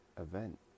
event